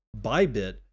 Bybit